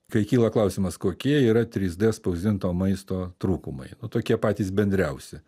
kai kyla klausimas kokie yra trys dė spausdinto maisto trūkumai tokie patys bendriausi